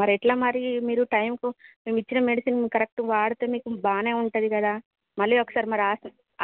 మరి ఎలా మరి మీరు టైమ్కు మేము ఇచ్చిన మెడిసిన్ కరెక్ట్ వాడితే బాగానే ఉంటుంది కదా మళ్ళీ ఒకసారి మరి